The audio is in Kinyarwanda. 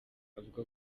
avuga